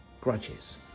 grudges